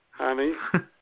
Honey